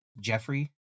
Jeffrey